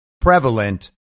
prevalent